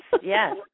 yes